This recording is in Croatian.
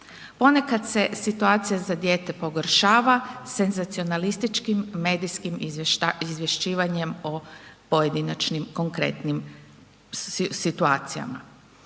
Ponekad se situacija za dijete pogoršava senzacionalističkim medijskim izvješćivanjem o pojedinačnim konkretnim situacijama.